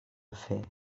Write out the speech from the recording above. fer